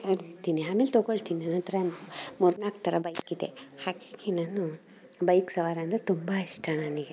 ಹೇಳ್ತೀನಿ ಆಮೇಲೆ ತಗೊಳ್ತೀನಿ ನನ್ನಹತ್ರ ಮೂರು ನಾಲ್ಕು ಥರ ಬೈಕ್ ಇದೆ ಹಾಗಾಗಿ ನಾನು ಬೈಕ್ ಸವಾರಿ ಅಂದರೆ ತುಂಬ ಇಷ್ಟ ನನಗೆ